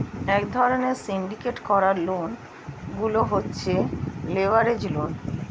এক ধরণের সিন্ডিকেট করা লোন গুলো হচ্ছে লেভারেজ লোন